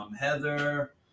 Heather